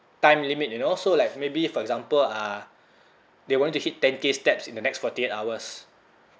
time limit you know so like maybe for example uh they want you to hit ten K steps in the next forty eight hours